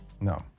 No